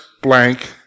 blank